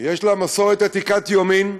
יש לה מסורת עתיקת יומין,